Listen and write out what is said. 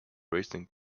racing